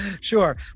Sure